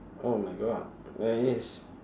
oh my god there is